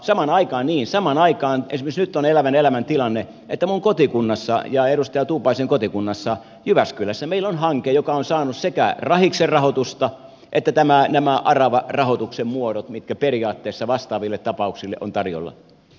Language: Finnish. samaan aikaan esimerkiksi nyt on elävän elämän tilanne että minun kotikunnassani ja edustaja tuupaisen kotikunnassa jyväskylässä meillä on hanke joka on saanut sekä rahiksen rahoitusta että nämä aravarahoituksen muodot mitkä periaatteessa vastaaville tapauksille on tarjolla